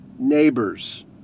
Neighbors